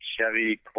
Chevy